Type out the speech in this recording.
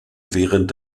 während